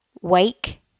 Wake